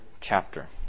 chapter